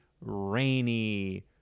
rainy